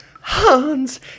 Hans